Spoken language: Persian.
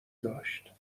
داشت